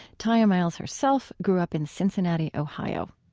tiya miles herself grew up in cincinnati, ohio